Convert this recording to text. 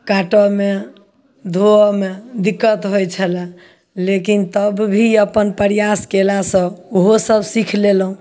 काटऽमे धोअऽमे दिक्कत होइ छलै लेकिन तब भी अपन प्रयास कयलासँ ओहो सब सीख लेलहुँ